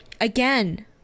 Again